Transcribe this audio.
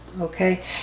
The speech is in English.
Okay